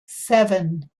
seven